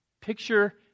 Picture